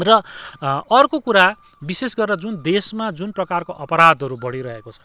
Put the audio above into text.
र अर्को कुरा विशेष गरेर जुन देशमा जुन प्रकारको अपराधहरू बढिरहेको छ